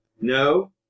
No